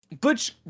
Butch